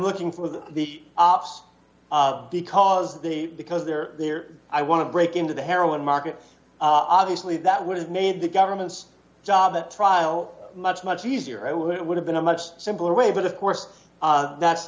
looking for the ops because the because they're there i want to break into the heroin market obviously that would have made the government's job the trial much much easier it would have been a much simpler way but of course that's